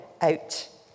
out